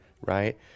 right